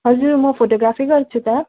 हजुर म फोटोग्राफी गर्छु त